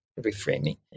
reframing